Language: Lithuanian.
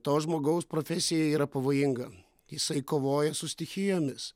to žmogaus profesija yra pavojinga jisai kovoja su stichijomis